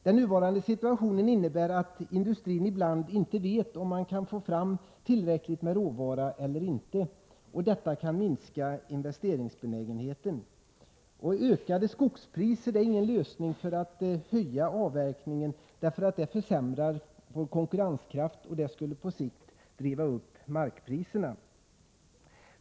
Den nuvarande situationen innebär att industrin ibland inte vet om det går att få fram tillräckligt med råvara eller inte. Det kan minska investeringsbenägenheten. Ökade skogspriser är ingen lösning för att höja avverkningen, därför att det försämrar vår konkurrenskraft och skulle på sikt driva upp markpriserna.